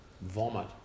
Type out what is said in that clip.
vomit